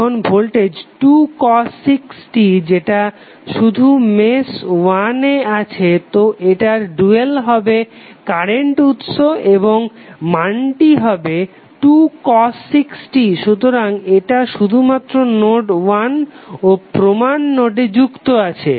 এখন voltage 2 cos 6t যেটা শুধু মেশ 1 এ আছে তো এটার ডুয়াল হবে কারেন্ট উৎস এবং মানটি হবে 2 cos 6t সুতরাং এটা শুধুমাত্র নোড 1 ও প্রমান নোডে যুক্ত আছে